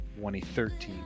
2013